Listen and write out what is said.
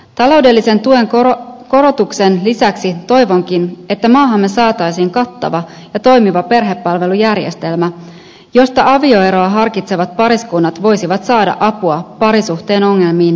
taloudellisen tuen korotuksen lisäksi toivonkin että maahamme saataisiin kattava ja toimiva perhepalvelujärjestelmä josta avioeroa harkitsevat pariskunnat voisivat saada apua parisuhteen ongelmiin ennen eroa